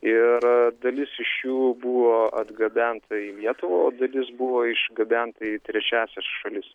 ir dalis iš jų buvo atgabenta į lietuvą o dalis buvo išgabenta į trečiąsias šalis